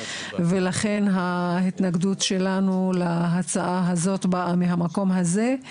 ולכן ההתנגדות שלנו להצעה הזאת באה מהמקום הזה.